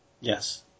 Yes